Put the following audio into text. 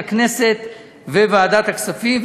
הכנסת וועדת הכספים,